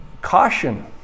caution